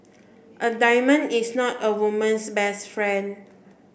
a diamond is not a woman's best friend